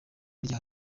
rya